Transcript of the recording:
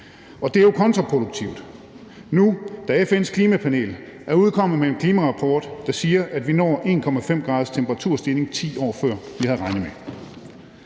Det er jo kontraproduktivt nu, da FN's klimapanel er udkommet med en klimarapport, der siger, at vi når 1,5 graders temperaturstigning, 10 år før vi havde regnet med.